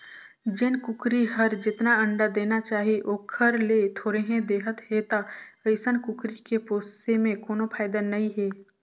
जेन कुकरी हर जेतना अंडा देना चाही ओखर ले थोरहें देहत हे त अइसन कुकरी के पोसे में कोनो फायदा नई हे